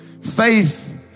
Faith